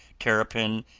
terrapin,